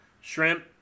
Shrimp